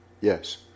Yes